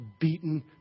beaten